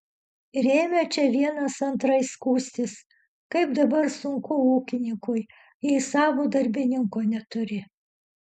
ir ėmė čia vienas antrai skųstis kaip dabar sunku ūkininkui jei savo darbininko neturi